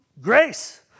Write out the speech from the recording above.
grace